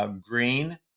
green